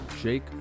Jake